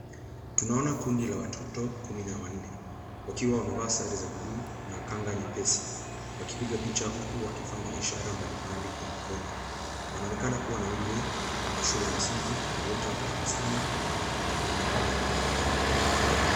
Tunaona kundi la watoto kumi na wanne. Wakiwa wamevaa sare za cs blue cs na kanga nyepesi wakipiga picha huku wakifanya ishara mbalimbali kwa mikono. Wanaonekana kuwa na umri wa shule ya msingi na wote wanatabasamu na kuonekana wenye furaha.